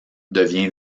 devient